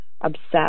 obsessed